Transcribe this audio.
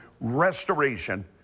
restoration